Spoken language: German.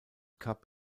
cup